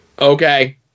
Okay